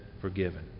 forgiven